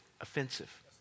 offensive